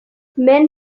men